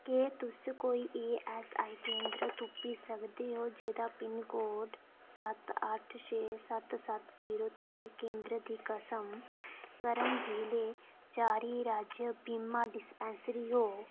केह् तुस कोई ई एस आई केन्दर तुप्पी सकदे ओ जेह्दा पिनकोड सत्त अट्ठ छे सत्त सत्त जीरो ते केन्दर दी कसम करम जि'ले चारी राज्य बीमा डिस्पैंसरी होए